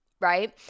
right